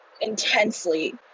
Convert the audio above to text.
intensely